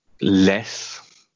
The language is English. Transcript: less